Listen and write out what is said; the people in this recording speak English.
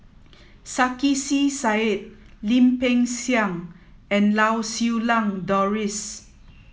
Sarkasi Said Lim Peng Siang and Lau Siew Lang Doris